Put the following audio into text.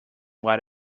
what